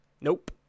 Nope